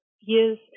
years